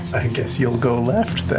i guess yeah we'll go left.